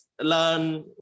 learn